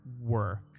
work